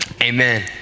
amen